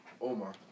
Omar